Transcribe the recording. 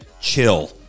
chill